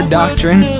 doctrine